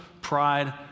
pride